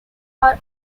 are